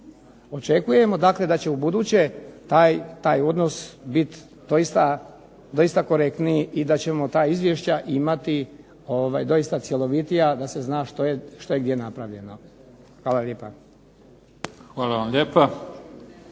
Očekujemo dakle da će ubuduće taj odnos biti doista korektniji i da ćemo ta izvješća imati doista cjelovitija da se zna što je gdje napravljeno. Hvala lijepa.